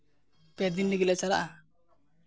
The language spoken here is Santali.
ᱯᱮ ᱫᱤᱱ ᱞᱟᱹᱜᱤᱫ ᱞᱮ ᱪᱟᱞᱟᱜᱼᱟ